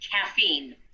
caffeine